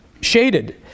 shaded